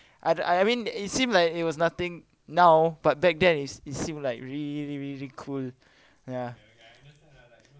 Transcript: I I mean it seemed like it was nothing now but back then it's it's seemed like really really cool ya